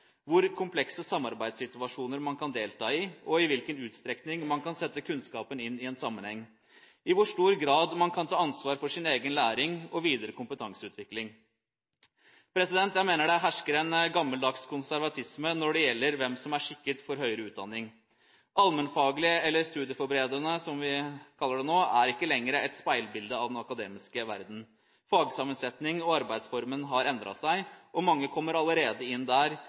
hvor komplekse samarbeidssituasjoner kan man delta i, i hvilken utstrekning kan man sette kunnskapen inn i en sammenheng, og i hvor stor grad kan man ta ansvar for sin egen læring og videre kompetanseutvikling? Jeg mener det hersker en gammeldags konservatisme når det gjelder hvem som er skikket for høyere utdanning. Allmennfaglig, eller studieforberedende, som vi kaller det nå, er ikke lenger et speilbilde av den akademiske verden. Fagsammensetningen og arbeidsformen har endret seg, og mange kommer allerede inn